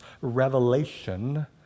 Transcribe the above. revelation